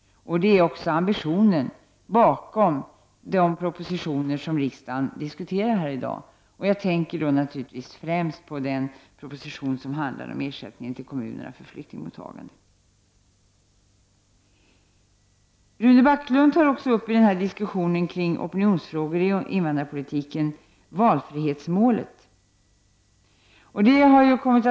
Det är ambitionen bakom de propositioner som riksdagen diskuterar här i dag. Jag tänker då naturligtvis främst på den proposition som handlar om ersättning till kommunerna för flyktingmottagande. I diskussionen kring opinionsfrågor i invandrarpolitiken tog Rune Backlund upp valfrihetsmålet.